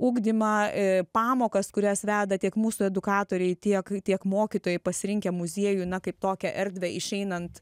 ugdymą pamokas kurias veda tiek mūsų edukatoriai tiek tiek mokytojai pasirinkę muziejų na kaip tokią erdvę išeinant